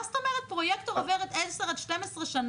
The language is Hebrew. מה זאת אומרת פרויקטור עובד 10 12 שנה,